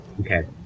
Okay